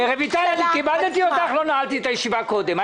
רויטל, כיבדתי אותך, לא נעלתי את הישיבה קודם.